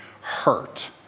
hurt